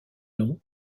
nom